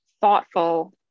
thoughtful